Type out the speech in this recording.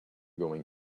going